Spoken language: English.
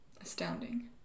astounding